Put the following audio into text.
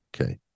okay